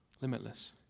limitless